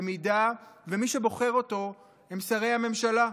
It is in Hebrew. אם מי שבוחרים אותו הם שרי הממשלה?